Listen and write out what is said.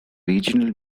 regional